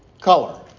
Color